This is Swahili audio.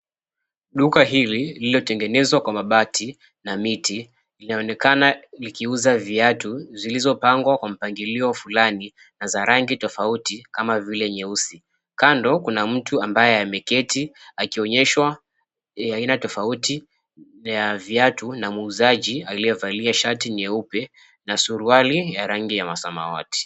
Duka hili lililotengenezwa kwa mabati na miti linaonekana likiuza viatu zilizopangwa kwa mpangilio fulani na za rangi tofauti kama vile nyeusi. Kando kuna mtu ambaye ameketi akionyeshwa aina tofauti ya viatu na muuzaji aliyevalia shati nyeupe na suruali ya rangi ya samawati.